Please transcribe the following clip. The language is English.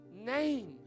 name